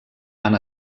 han